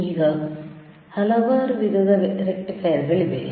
ಈಗ ಹಲವಾರು ವಿಧದ ರೆಕ್ಟಿಫೈಯರ್ಗಳಿವೆ